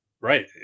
right